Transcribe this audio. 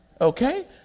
Okay